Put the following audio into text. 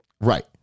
Right